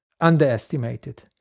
underestimated